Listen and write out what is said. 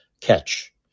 catch